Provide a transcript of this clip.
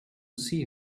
see